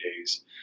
days